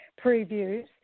previews